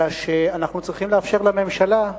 אלא שאנחנו צריכים לאפשר לממשלה,